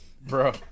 Bro